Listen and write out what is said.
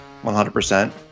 100%